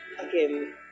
again